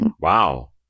Wow